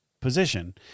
position